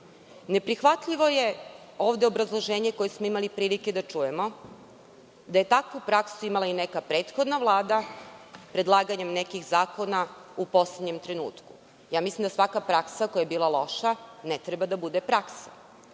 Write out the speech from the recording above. dana? Neprihvatljivo je obrazloženje koje smo imali prilike da čujemo, da je takvu praksu imala i neka prethodna Vlada predlaganjem nekih zakona u poslednjem trenutku. Mislim da svaka praksa koja je bila loša ne treba da bude praksa. Ukoliko